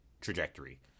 trajectory